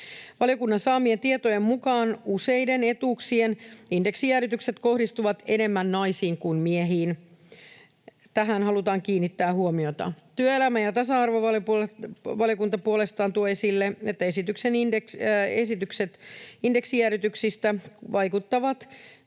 Valiokunnan saamien tietojen mukaan useiden etuuksien indeksijäädytykset kohdistuvat enemmän naisiin kuin miehiin. Tähän halutaan kiinnittää huomiota. Työelämä- ja tasa-arvovaliokunta puolestaan tuo esille, että esitykset indeksijäädytyksistä vaikuttavat